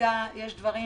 יש דברים